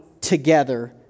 together